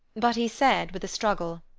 but he said with a struggle,